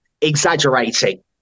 exaggerating